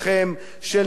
של נתניהו,